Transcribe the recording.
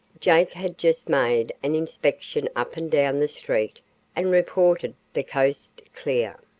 jake had just made an inspection up and down the street and reported the coast clear.